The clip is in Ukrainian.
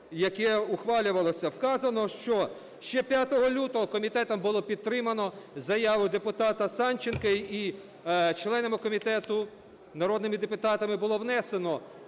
яке ухвалювалося, вказано, що ще 5 лютого комітетом було підтримано заяву депутата Санченка і членами комітету, народними депутатами було внесено